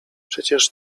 przecież